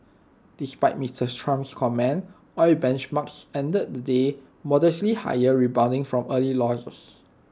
despite Mister Trump's comments oil benchmarks ended the day modestly higher rebounding from early losses